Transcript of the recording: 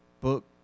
book